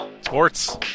Sports